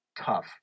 tough